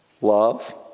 Love